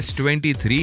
S23